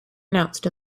announced